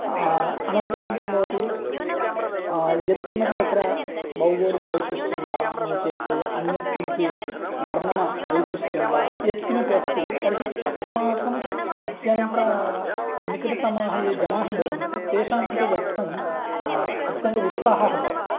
अनन्तरं किं भवति यत्किमपि तत्र भौगलिकवैशिष्ट्यं वा नोचेत् अन्यत् किमपि वर्णनावैशिष्ट्यं वा यत्किमपि अस्ति तर्हि अस्माकम् अत्यन्तनिकटतमाः ये जनाः भवन्ति तेषाम् कृते वक्तुम् अत्यन्त उत्साहः भवति